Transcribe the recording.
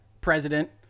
president